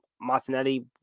Martinelli